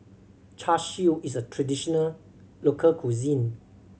Char Siu is a traditional local cuisine